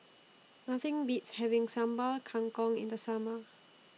Nothing Beats having Sambal Kangkong in The Summer